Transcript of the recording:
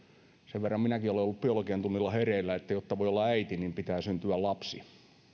sen verran minäkin olen ollut biologian tunnilla hereillä että jotta voi olla äiti pitää syntyä lapsi ja